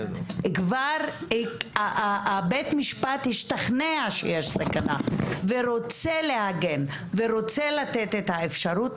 כבר בית המשפט השתכנע שיש סכנה ורוצה להגן ורוצה לתת את האפשרות,